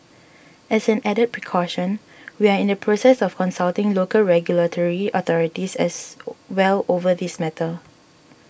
as an added precaution we are in the process of consulting local regulatory authorities as own well over this matter